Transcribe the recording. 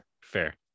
fair